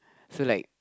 so like